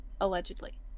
allegedly